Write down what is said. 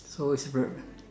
so it's very